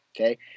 Okay